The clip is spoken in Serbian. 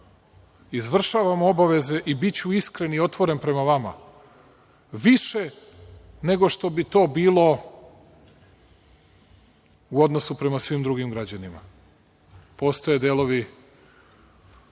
izvršavamo obaveze i biću iskren i otvoren prema vama, više nego što bi to bilo u odnosu prema svim drugim građanima. Postoje delovi